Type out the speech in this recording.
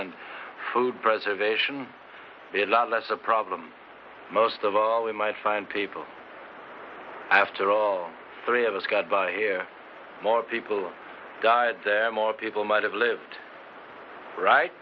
and food preservation a lot less a problem most of all we might find people after all three of us got by here more people died more people might have lived right